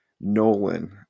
Nolan